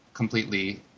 completely